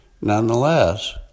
Nonetheless